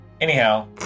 Anyhow